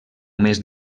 més